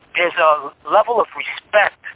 there's a level of respect.